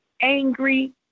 angry